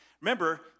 remember